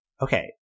Okay